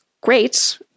great